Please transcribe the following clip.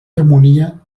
harmonia